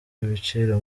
ibiciro